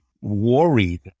worried